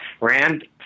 Rand